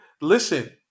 listen